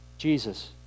Jesus